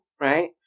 right